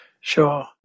Sure